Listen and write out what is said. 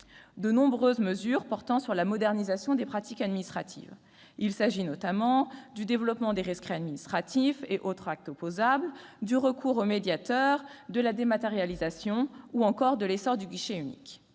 de nombreuses mesures portant sur la modernisation des pratiques administratives : il s'agit notamment du développement des rescrits administratifs et autres actes opposables, du recours aux médiateurs, de la dématérialisation ou encore de l'essor du guichet unique.